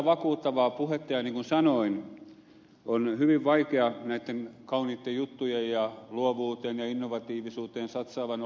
niin kuin sanoin on hyvin vaikea näihin kauniisiin juttuihin luovuuteen ja innovatiivisuuteen satsaavana